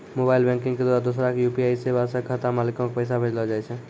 mobile banking के द्वारा दोसरा के यू.पी.आई सेबा से खाता मालिको के पैसा भेजलो जाय छै